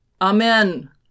Amen